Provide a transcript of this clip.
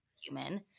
human